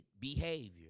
behavior